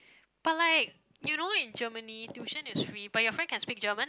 but like you know in Germany tuition is free but your friend can speak German